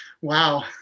wow